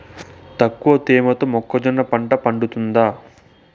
తక్కువ తేమతో మొక్కజొన్న పంట పండుతుందా?